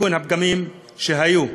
לתיקון הפגמים שהיו.